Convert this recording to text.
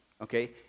okay